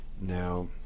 now